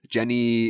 Jenny